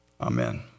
Amen